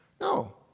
No